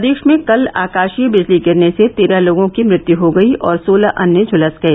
प्रदेश में कल आकाशीय बिजली गिरने से तेरह लोगों की मृत्यु हो गई और सोलह अन्य झुलस गए